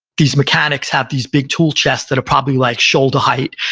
these mechanics have these big tool chests that are probably like shoulder height.